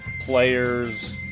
players